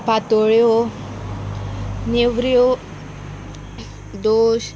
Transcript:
पातोळ्यो नेवऱ्यो दोश